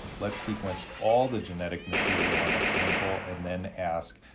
let's sequence all the genetic material on a sample and then ask,